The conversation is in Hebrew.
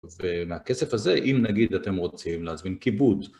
ומהכסף הזה, אם נגיד אתם רוצים להזמין כיבוד